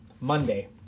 Monday